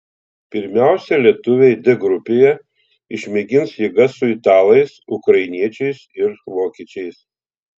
pirmiausia lietuviai d grupėje išmėgins jėgas su italais ukrainiečiais ir vokiečiais